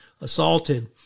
assaulted